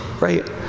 right